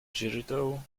digital